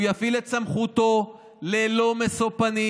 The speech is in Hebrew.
הוא יפעיל את סמכותו ללא משוא פנים,